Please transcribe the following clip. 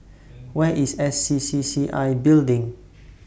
Where IS S C C C I Building